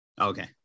Okay